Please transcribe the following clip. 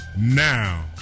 Now